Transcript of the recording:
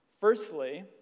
Firstly